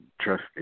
Trust